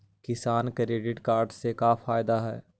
किसान credit card से का फायदा है?